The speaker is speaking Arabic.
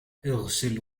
إغسل